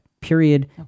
Period